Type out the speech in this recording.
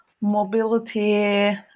mobility